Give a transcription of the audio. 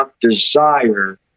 desire